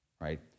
right